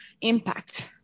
impact